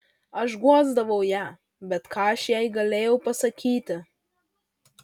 aš guosdavau ją bet ką aš jai galėjau pasakyti